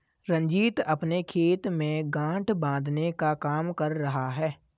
रंजीत अपने खेत में गांठ बांधने का काम कर रहा है